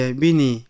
bini